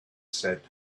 said